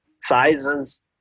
sizes